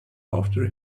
after